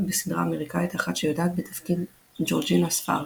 בסדרה האמריקאית "אחת שיודעת" בתפקיד ג'ורג'ינה ספארקס.